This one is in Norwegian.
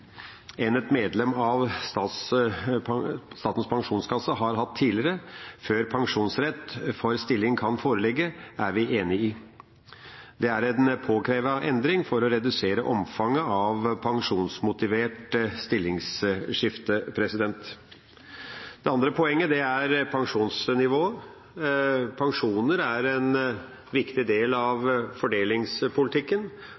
enn et medlem av Statens pensjonskasse har hatt tidligere, før pensjonsrett for stillingen kan foreligge, er vi enig i. Det er en påkrevet endring for å redusere omfanget av pensjonsmotivert stillingsskifte. Det andre poenget er pensjonsnivå. Pensjoner er en viktig del